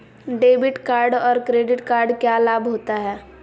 Debit card और credit card क्या लाभ होता है?